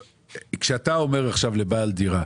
כשאתה אומר עכשיו לבעל דירה,